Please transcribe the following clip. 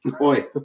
Oi